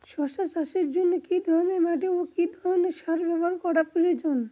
শশা চাষের জন্য কি ধরণের মাটি ও কি ধরণের সার ব্যাবহার করা প্রয়োজন?